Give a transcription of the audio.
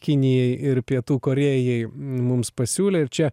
kinijai ir pietų korėjai mums pasiūlė ir čia